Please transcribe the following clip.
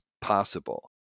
possible